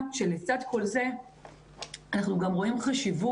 לצד כל זה אנחנו גם רואים חשיבות